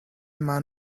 man